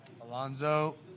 Alonso